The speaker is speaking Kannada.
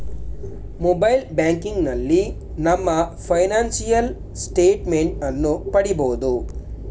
ಮೊಬೈಲ್ ಬ್ಯಾಂಕಿನಲ್ಲಿ ನಮ್ಮ ಫೈನಾನ್ಸಿಯಲ್ ಸ್ಟೇಟ್ ಮೆಂಟ್ ಅನ್ನು ಪಡಿಬೋದು